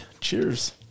Cheers